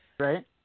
Right